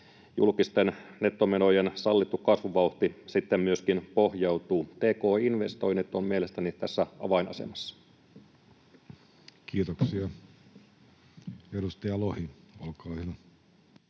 julkisten nettomenojen sallittu kasvuvauhti sitten pohjautuu. Tk-investoinnit ovat mielestäni tässä avainasemassa. Kiitoksia. — Edustaja Lohi, olkaa hyvä.